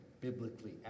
Biblically